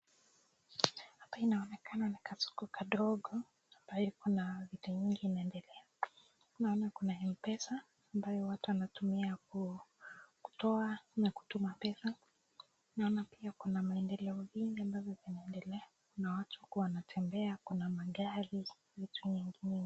Hapa inaonekana ni kasoko kadogo ambayo iko na vitu mingi inaendelea. Naona kuna mpesaa ambayo watu wanatumia kutoa na kutuma pesa. Naona pia kuna maendeleo ingine ambavyo vinaendelea kuna watu huku wanatembea, kuna magari na vitu vinginevyo.